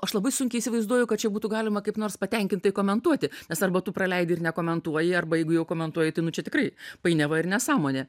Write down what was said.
aš labai sunkiai įsivaizduoju kad čia būtų galima kaip nors patenkintai komentuoti nes arba tu praleidi ir nekomentuoji arba jeigu jau komentuoji tai nu čia tikrai painiava ir nesąmonė